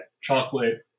chocolate